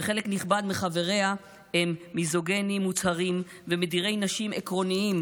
וחלק נכבד מחבריה הם מיזוגנים מוצהרים ומדירי נשים עקרוניים